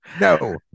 No